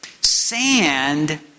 Sand